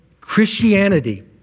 Christianity